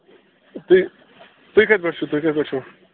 تُہۍ تُہۍ کَتہِ پٮ۪ٹھ چھُو تُہۍ کَتہِ پٮ۪ٹھ چھُو